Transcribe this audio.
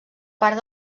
part